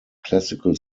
classical